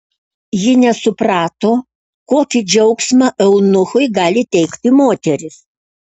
ji nesuprato kokį džiaugsmą eunuchui gali teikti moterys